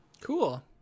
cool